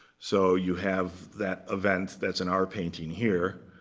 so you have that event that's in our painting here,